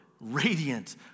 radiant